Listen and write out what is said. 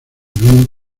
unen